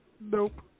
nope